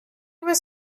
was